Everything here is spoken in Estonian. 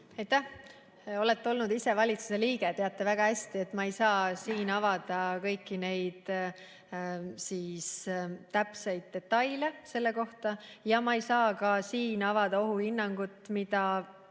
Aitäh! Olete olnud ise valitsuse liige ja teate väga hästi, et ma ei saa siin avada kõiki neid täpseid detaile selle kohta ja ma ei saa siin avada ohuhinnangut, mida